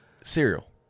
Cereal